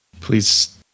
Please